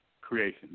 creation